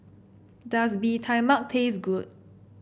does Bee Tai Mak taste good